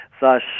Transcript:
thus